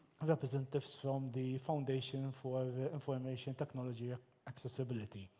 representatives from the foundation for information technology ah accessibility.